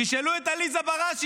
תשאלו את עליזה בראשי,